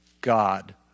God